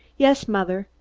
yes, mother.